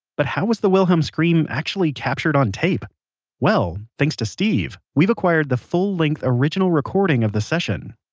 but how was the wilhelm scream actually captured on tape well, thanks to steve, we've acquired the full length original recording of the session.